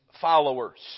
followers